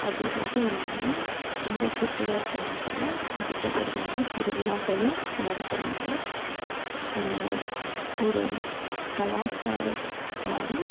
அதுமட்டும் இல்லாமல் இந்தச் சுற்று வட்டாரத்தில் அதிகப்படியான திருவிழாக்களும் நடத்துகிறாங்க ஒரு கலாச்சாரம் மாதிரி